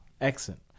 excellent